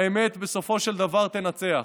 האמת בסופו של דבר תנצח.